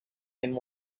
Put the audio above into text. and